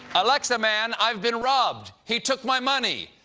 alexaman, i've been robbed! he took my money!